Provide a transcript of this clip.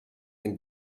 and